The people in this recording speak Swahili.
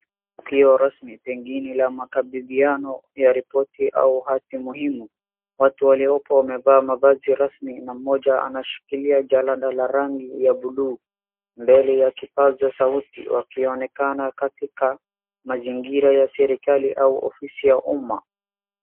Tukio rasmi pengine la makabidhiano ya ripoti au hati muhimu. Watu waliopo wamevaa mavazi rasmi na mmoja anashikilia jalada la rangi ya buluu mbele ya kipazasauti wakionekana katika mazingira ya serikali au ofisi ya umma.